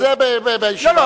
אז זה בישיבה הבאה.